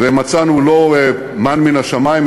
ומצאנו לא מָן מִן השמים,